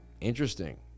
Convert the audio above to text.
Interesting